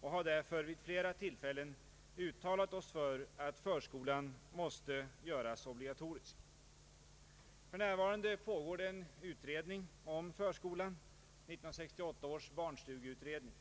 Därför har vi vid flera tillfällen uttalat oss för att förskolan skall göras obligatorisk. För närvarande pågår en utredning om förskolan, 1968 års barnstugeutredning.